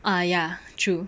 ah ya true